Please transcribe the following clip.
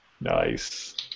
Nice